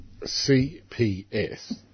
CPS